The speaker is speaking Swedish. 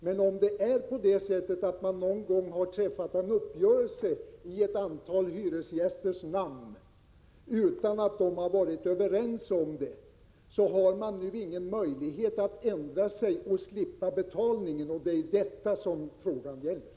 Men om man någon gång har träffat en uppgörelse i ett antal hyresgästers namn, utan att dessa har varit överens om saken, har de nu ingen möjlighet att ändra sig och slippa betalningen. Det är ju detta frågan gäller.